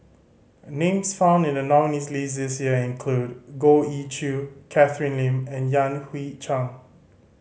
names found in the nominees' list this year include Goh Ee Choo Catherine Lim and Yan Hui Chang